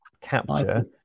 capture